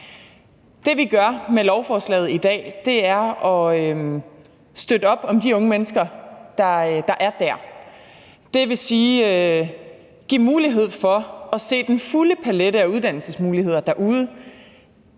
som vi gør med lovforslaget i dag, er at støtte op om de unge mennesker, der er der, altså give dem mulighed for at se den fulde palet af uddannelsesmuligheder derude.